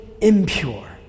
impure